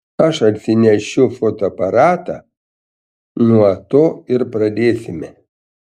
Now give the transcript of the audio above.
aš atsinešiu fotoaparatą nuo to ir pradėsime